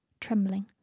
trembling